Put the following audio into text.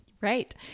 Right